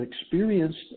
experienced